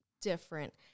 different